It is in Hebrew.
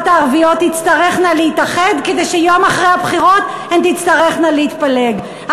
הערביות תצטרכנה להתאחד כדי שיום אחרי הבחירות הן תצטרכנה להתפלג,